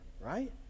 right